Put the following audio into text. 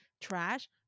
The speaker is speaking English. trash